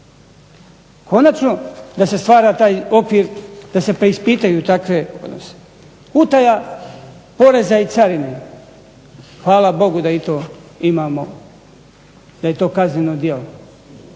Konačno da se stvara taj okvir da se preispitaju takve. Utaja poreza i carine, hvala Bogu da i to imamo, da je to kazneno djelo.